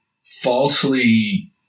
falsely